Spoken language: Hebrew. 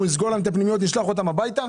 נסגור להם את הפנימיות ונשלח אותם הביתה?